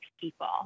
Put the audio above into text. people